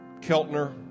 Keltner